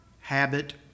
habit